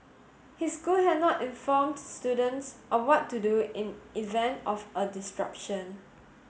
his school had not informed students of what to do in event of a disruption